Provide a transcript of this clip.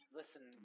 listen